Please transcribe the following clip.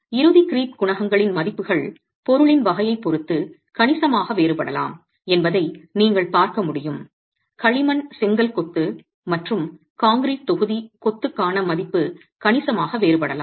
இறுதி க்ரீப் குணகங்களின் மதிப்புகள் பொருளின் வகையைப் பொறுத்து கணிசமாக வேறுபடலாம் என்பதை நீங்கள் பார்க்க முடியும் களிமண் செங்கல் கொத்து மற்றும் கான்கிரீட் தொகுதி கொத்துக்கான மதிப்பு கணிசமாக வேறுபடலாம்